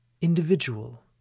individual